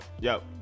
yo